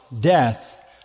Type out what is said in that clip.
death